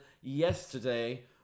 yesterday